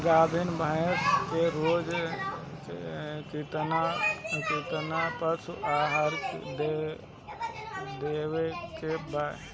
गाभीन भैंस के रोज कितना पशु आहार देवे के बा?